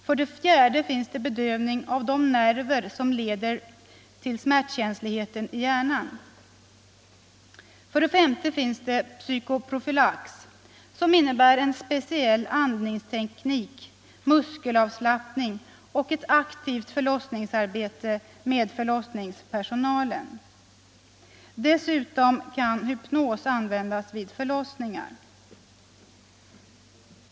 För det fjärde finns det bedövning av de nerver som leder smärtkänsligheten till hjärnan. För det femte finns det psykoprofylax som innebär en speciell andningsteknik, muskelavslappning och ett aktivt förlossningsarbete tillsammans med förlossningspersonalen. Dessutom kan hypnos användas vid förlossningar.